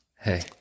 Hey